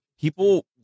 People